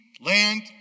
land